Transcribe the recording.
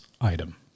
item